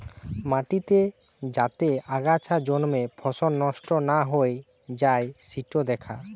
মাটিতে যাতে আগাছা জন্মে ফসল নষ্ট না হৈ যাই সিটো দ্যাখা